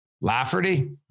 Lafferty